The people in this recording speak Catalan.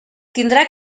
tindrà